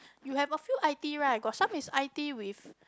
you have a few I_T right got some is I_T with